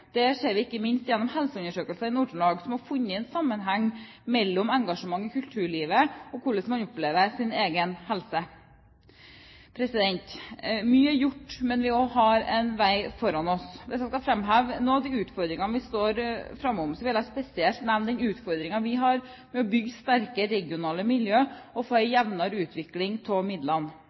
Det ser vi ikke minst i helseundersøkelsen i Nord-Trøndelag, som har funnet en sammenheng mellom engasjement i kulturlivet og hvordan man opplever sin egen helse. Mye er gjort, men vi har også en vei foran oss. Hvis jeg skal framheve noen av de utfordringene vi står overfor, vil jeg spesielt nevne den utfordringen vi har med å bygge sterke regionale miljø og få en jevnere fordeling av midlene.